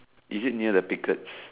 is it near the piglets